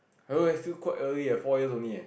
I don't know leh still quite early eh four years only eh